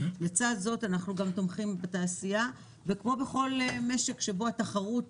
לצד זאת אנחנו גם תומכים בתעשייה וכמו בכל משק שבו התחרות